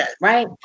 right